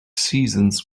seasons